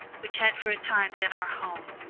which had for a time been our home,